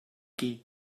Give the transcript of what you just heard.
qué